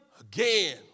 again